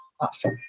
awesome